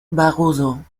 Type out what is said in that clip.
barroso